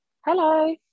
Hello